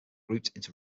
grouped